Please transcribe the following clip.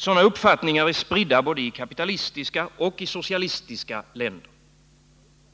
Sådana uppfattningar är spridda både i kapitalistiska och i socialistiska länder.